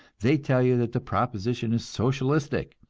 they tell you that the proposition is socialistic,